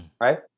Right